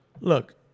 look